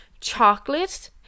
chocolate